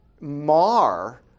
mar